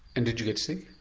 and did you get sick?